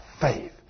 faith